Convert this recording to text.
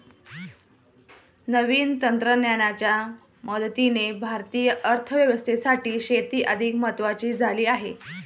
नवीन तंत्रज्ञानाच्या मदतीने भारतीय अर्थव्यवस्थेसाठी शेती अधिक महत्वाची झाली आहे